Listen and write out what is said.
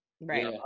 Right